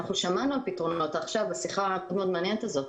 שמענו על פתרונות עכשיו בשיחה המעניינת הזאת.